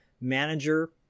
manager